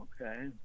okay